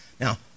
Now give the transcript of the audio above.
Now